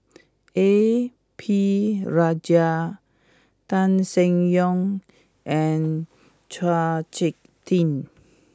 A P Rajah Tan Seng Yong and Chao Hick Tin